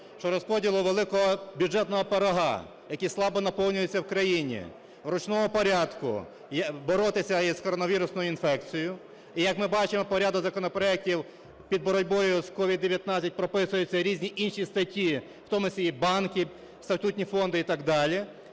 щодо розподілу великого бюджетного "пирога", який слабо наповнюється в країні, в ручному порядку боротися із коронавірусною інфекцією. І, як ми бачимо по ряду законопроектів, під боротьбою з COVID-19 прописуються різні інші статті, в тому числі і банки, статутні фонди і так далі.